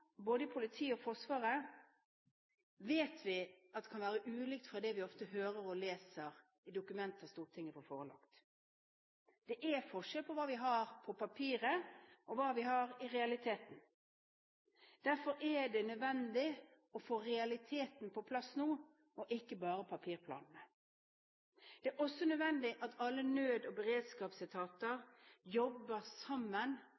både i politiet og i Forsvaret, vet vi kan være ulikt det vi ofte hører og leser i dokumenter Stortinget blir forelagt. Det er forskjell på hva vi har på papiret, og hva vi har i realiteten. Derfor er det nødvendig å få realiteten på plass nå og ikke bare papirplanene. Det er også nødvendig at alle nød- og beredskapsetater jobber sammen,